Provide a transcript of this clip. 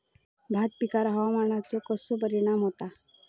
भात पिकांर हवामानाचो कसो परिणाम होता?